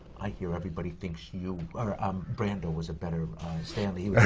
i hear everybody thinks you know um brando was a better stanley,